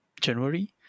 january